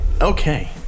Okay